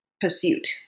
pursuit